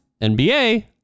NBA